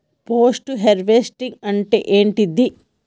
Post harvesting అంటే ఏంటిది?